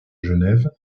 genève